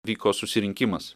vyko susirinkimas